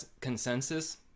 consensus